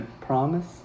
promise